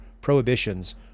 prohibitions